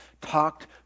talked